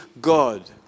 God